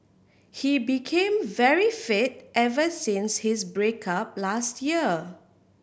he became very fit ever since his break up last year